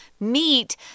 Meat